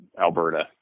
Alberta